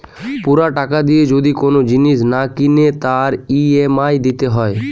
পুরা টাকা দিয়ে যদি কোন জিনিস না কিনে তার ই.এম.আই দিতে হয়